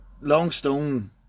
Longstone